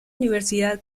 universidad